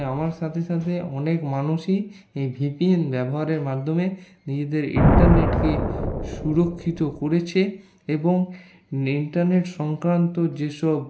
আমার সাথে সাথে অনেক মানুষই এই ভিপিএন ব্যবহারের মাধ্যমে নিজেদের ইন্টারনেটকে সুরক্ষিত করেছে এবং ইন্টারনেট সংক্রান্ত যেসব